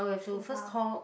too far